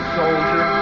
soldier